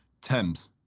thames